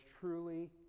truly